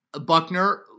Buckner